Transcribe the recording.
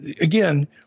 again